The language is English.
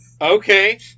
Okay